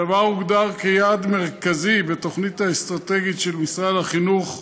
הדבר הוגדר כיעד מרכזי בתוכנית האסטרטגית של משרד החינוך,